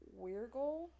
Weirgle